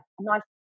nice